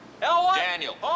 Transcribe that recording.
Daniel